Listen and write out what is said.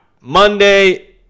Monday